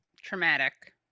Traumatic